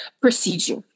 procedure